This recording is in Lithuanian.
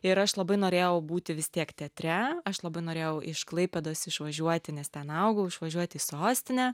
ir aš labai norėjau būti vis tiek teatre aš labai norėjau iš klaipėdos išvažiuoti nes ten augau išvažiuot į sostinę